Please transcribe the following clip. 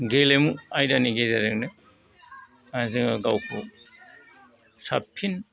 गेलेमु आयदानि गेजेरजोंनो जों गावखौ साबसिन